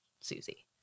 Susie